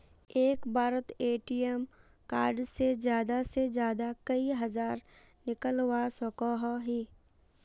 एक बारोत ATM card से ज्यादा से ज्यादा कई हजार निकलवा सकोहो ही?